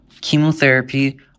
Chemotherapy